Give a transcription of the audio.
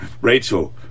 Rachel